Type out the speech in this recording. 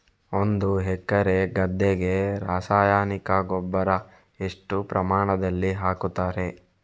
ಒಂದು ಎಕರೆ ಗದ್ದೆಗೆ ರಾಸಾಯನಿಕ ರಸಗೊಬ್ಬರ ಎಷ್ಟು ಪ್ರಮಾಣದಲ್ಲಿ ಹಾಕುತ್ತಾರೆ?